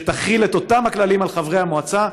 שתחיל את אותם הכללים על חברי המועצה,